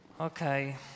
okay